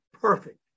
perfect